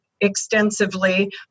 extensively